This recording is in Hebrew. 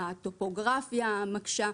הטופוגרפיה מקשה,